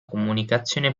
comunicazione